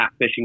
catfishing